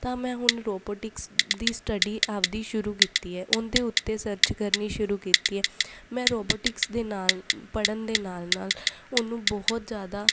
ਤਾਂ ਮੈਂ ਹੁਣ ਰੋਬੋਟਿਕਸ ਦੀ ਸਟੱਡੀ ਆਪਦੀ ਸ਼ੁਰੂ ਕੀਤੀ ਹੈ ਉਨਦੇ ਉੱਤੇ ਸਰਚ ਕਰਨੀ ਸ਼ੁਰੂ ਕੀਤੀ ਹੈ ਮੈਂ ਰੋਬੋਟਿਕਸ ਦੇ ਨਾਲ ਪੜ੍ਹਨ ਦੇ ਨਾਲ ਨਾਲ ਉਹਨੂੰ ਬਹੁਤ ਜ਼ਿਆਦਾ